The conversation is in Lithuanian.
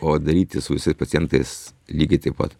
o daryti su visais pacientais lygiai taip pat